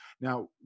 Now